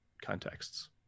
contexts